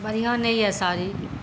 बढ़िऑं नहि यऽ साड़ी